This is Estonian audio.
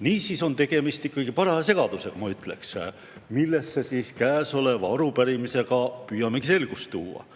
Niisiis on tegemist ikkagi paraja segadusega, ma ütleksin nii, millesse käesoleva arupärimisega püüamegi selgust tuua.